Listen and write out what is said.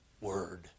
word